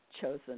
chosen